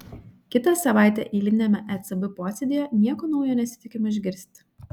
kitą savaitę eiliniame ecb posėdyje nieko naujo nesitikima išgirsti